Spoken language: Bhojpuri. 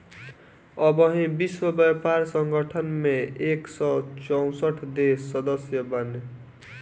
अबही विश्व व्यापार संगठन में एक सौ चौसठ देस सदस्य बाने